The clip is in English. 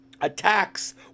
attacks